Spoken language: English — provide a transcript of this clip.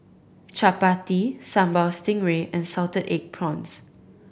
chappati Sambal Stingray and salted egg prawns